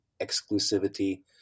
exclusivity